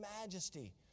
majesty